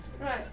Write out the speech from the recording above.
Right